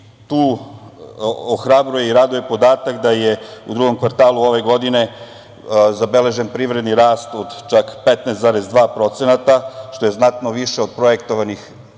tu ohrabruje i raduje podatak da je u drugom kvartalu ove godine zabeležen privredni rast od čak 15,2%, što je znatno više od projektovanih 10,6%,